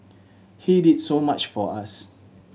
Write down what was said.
he did so much for us